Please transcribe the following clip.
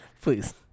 Please